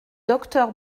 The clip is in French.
docteur